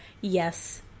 Yes